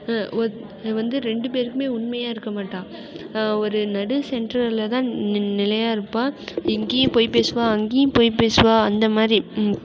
வந்து ரெண்டு பேருக்குமே உண்மையாக இருக்க மாட்டாள் ஒரு நடு சென்ட்ரில்தான் நிலையாக இருப்பாள் இங்கேயும் போய் பேசுவாள் அங்கேயும் போய் பேசுவாள் அந்த மாதிரி